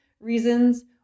reasons